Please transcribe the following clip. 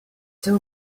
too